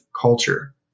culture